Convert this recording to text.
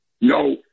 No